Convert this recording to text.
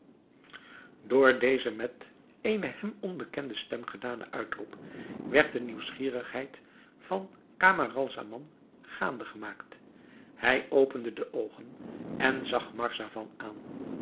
door dezen met eene hem onbekende stem gedanen uitroep werd de nieuwsgierigheid van camaralzaman gaande gemaakt hij opende de oogen en zag marzavan aan